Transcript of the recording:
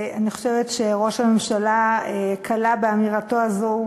אני חושבת שראש הממשלה קלע באמירתו זו